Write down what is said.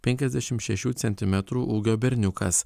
penkiasdešim šešių centimetrų ūgio berniukas